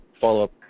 follow-up